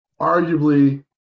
arguably